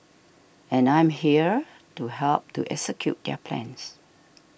and I'm here to help to execute their plans